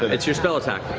it's your spell attack.